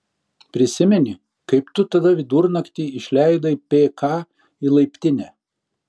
prisimeni kaip tu tada vidurnaktį išleidai pk į laiptinę